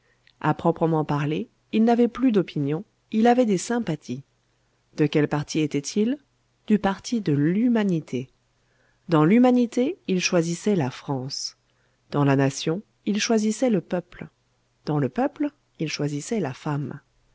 à proprement parler il n'avait plus d'opinions il avait des sympathies de quel parti était-il du parti de l'humanité dans l'humanité il choisissait la france dans la nation il choisissait le peuple dans le peuple il choisissait la femme